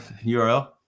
URL